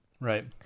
Right